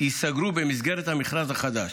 ייסגרו במסגרת המכרז החדש: